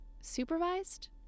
supervised